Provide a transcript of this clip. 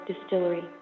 Distillery